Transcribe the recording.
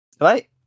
Right